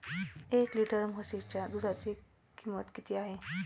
एक लिटर म्हशीच्या दुधाची किंमत किती आहे?